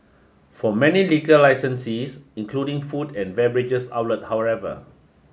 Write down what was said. for many liquor licensees including food and beverage outlets however